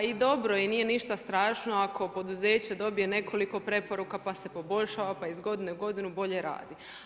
I dobro je i nije ništa strašno ako poduzeće dobije nekoliko preporuka pa se poboljša, pa iz godine u godinu bolje radi.